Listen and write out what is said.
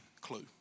clue